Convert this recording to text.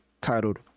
titled